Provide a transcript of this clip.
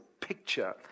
picture